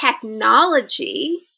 technology